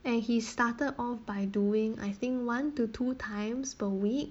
and he started off by doing I think one to two times per week